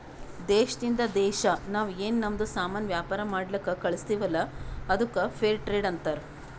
ದೇಶದಿಂದ್ ದೇಶಾ ನಾವ್ ಏನ್ ನಮ್ದು ಸಾಮಾನ್ ವ್ಯಾಪಾರ ಮಾಡ್ಲಕ್ ಕಳುಸ್ತಿವಲ್ಲ ಅದ್ದುಕ್ ಫೇರ್ ಟ್ರೇಡ್ ಅಂತಾರ